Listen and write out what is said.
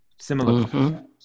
similar